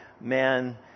man